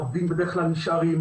עובדים בדרך כלל נשארים.